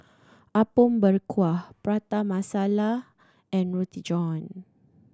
Apom Berkuah Prata Masala and Roti John